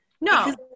no